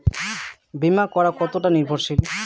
বীমা করা কতোটা নির্ভরশীল?